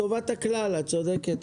טובת הכלל, את צודקת.